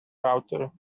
router